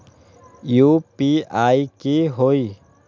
UPI की होई?